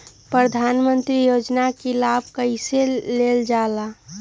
प्रधानमंत्री योजना कि लाभ कइसे लेलजाला?